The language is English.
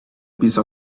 piece